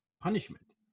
punishment